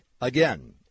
Again